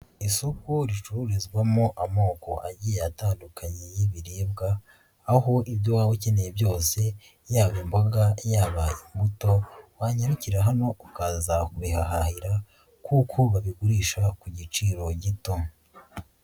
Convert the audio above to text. Isoko ricururizwamo amoko agiye atandukanye y'ibiribwa aho ibyo waba ukeneye byose yaba imboga, yaba imbuto wanyarukira hano ukaza kubihahahira kuko babigurisha ku giciro gito.